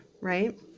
right